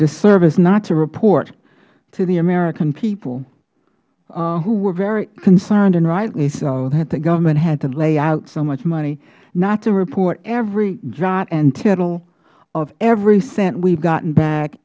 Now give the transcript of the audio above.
disservice not to report to the american people who were very concerned and rightly so that the government had to lay out so much money not to report every jot and tittle of every cent we have gotten back